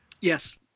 yes